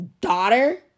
daughter